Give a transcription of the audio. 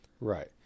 Right